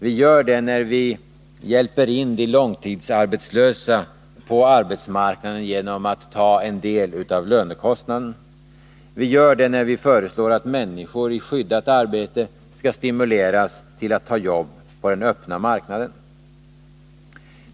Vi gör det när vi hjälper in de långtidsarbetslösa på arbetsmarknaden genom att ta en del av lönekostnaden. Vi gör det när vi föreslår att människor i skyddat arbete skall stimuleras till att ta jobb på den öppna marknaden.